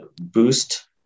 boost